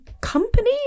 company